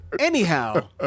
Anyhow